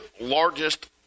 largest